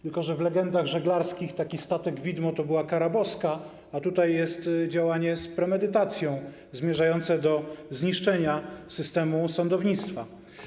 Tylko że w legendach żeglarskich taki statek widomo to była kara boska, a tutaj jest działanie z premedytacją, zmierzające do zniszczenia systemu sądownictwa.